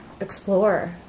explore